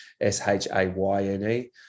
S-H-A-Y-N-E